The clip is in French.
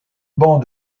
banc